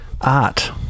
art